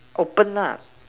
open nah